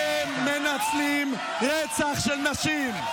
אתם מנצלים רצח נשים.